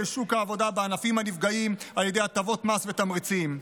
לשוק העבודה בענפים שנפגעים על ידי הטבות מס ותמריצים.